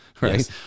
Right